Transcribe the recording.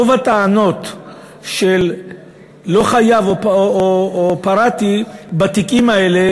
רוב הטענות של "לא חייב" או "פרעתי" בתיקים האלה